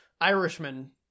Irishman